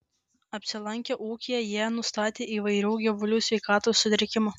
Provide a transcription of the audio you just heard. apsilankę ūkyje jie nustatė įvairių gyvulių sveikatos sutrikimų